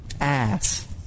ass